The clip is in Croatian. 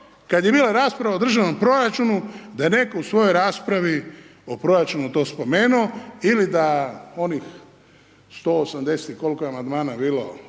kad je bila rasprava o državnom proračunu, da je netko u svojoj raspravi o proračunu to spomenuo ili da onih 180 i kol'ko je amandmana bilo